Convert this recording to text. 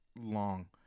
long